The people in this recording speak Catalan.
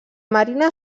marina